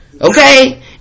Okay